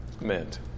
meant